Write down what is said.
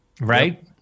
right